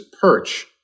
perch